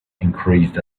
increased